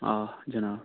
آ جناب